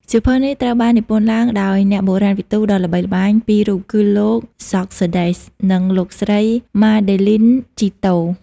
សៀវភៅនេះត្រូវបាននិពន្ធឡើងដោយអ្នកបុរាណវិទូដ៏ល្បីល្បាញពីររូបគឺលោក ហ្សក សឺដេស George Coedès និងលោកស្រី ម៉ាដេលីន ជីតូ Madeleine Giteau។